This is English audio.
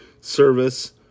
service